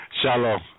Shalom